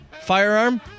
firearm